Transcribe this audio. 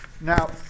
Now